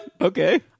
Okay